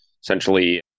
essentially